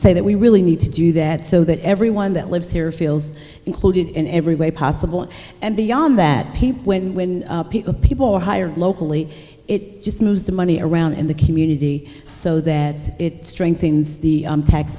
say that we really need to do that so that everyone that lives here feels included in every way possible and beyond that when the people are hired locally it just moves the money around in the community so that it strengthens the tax